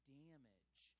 damage